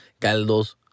caldos